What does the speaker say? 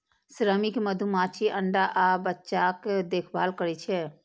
श्रमिक मधुमाछी अंडा आ बच्चाक देखभाल करै छै